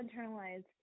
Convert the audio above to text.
internalized